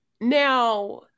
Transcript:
now